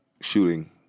shooting